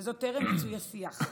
וזאת טרם מיצוי השיח.